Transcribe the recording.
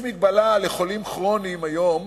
יש מגבלה לחולים כרוניים היום,